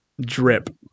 Drip